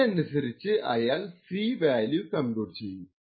അതിനനുസരിച്ചു അയാൾ C value compute ചെയ്യും